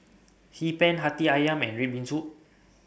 Hee Pan Hati Ayam and Red Bean Soup